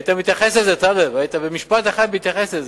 היית מתייחס לזה, טלב, היית במשפט אחד מתייחס לזה.